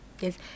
yes